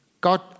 God